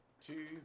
Two